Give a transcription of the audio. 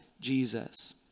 Jesus